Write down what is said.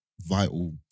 Vital